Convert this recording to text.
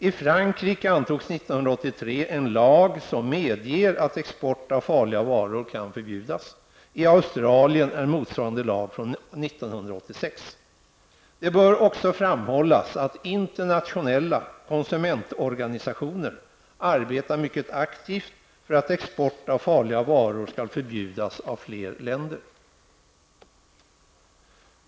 I Frankrike antogs 1983 en lag som medger att export av farliga varor kan förbjudas. I Australien är motsvarande lag från 1986. Det bör också framhållas att internationella konsumentorganisationer arbetar mycket aktivt för att export av farliga varor skall förbjudas av fler länder.